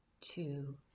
two